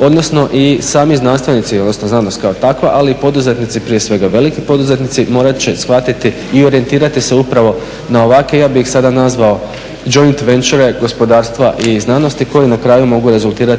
Odnosno i sami znanstvenici, odnosno znanost kao takva ali i poduzetnici prije svega veliki poduzetnici morati će shvatiti i orijentirati se upravo na ovakve, ja bih ih sada nazvao …/Govornik se ne razumije./… gospodarstva i znanosti koji na kraju mogu rezultirati